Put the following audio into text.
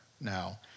now